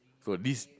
so this